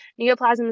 Neoplasms